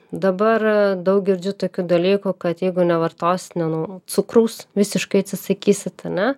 dabar daug girdžiu tokių dalykų kad jeigu nevartosi ne nu cukraus visiškai atsisakysite ana